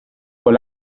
con